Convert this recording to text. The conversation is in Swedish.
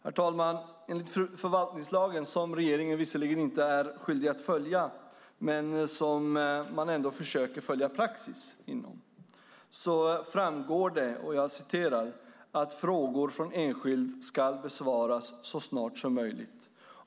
Herr talman! Av förvaltningslagen, som regeringen visserligen inte är skyldig att följa men som man ändå försöker följa praxis inom, framgår det att frågor från enskild ska besvaras så snart som möjligt.